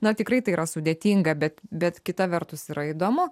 na tikrai tai yra sudėtinga bet bet kita vertus yra įdomu